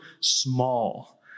small